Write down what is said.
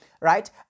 right